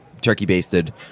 turkey-basted